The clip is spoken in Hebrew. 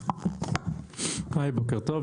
בוקר טוב.